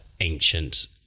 ancient